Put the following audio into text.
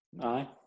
Aye